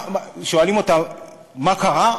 שואלים אותה: מה קרה?